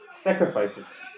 sacrifices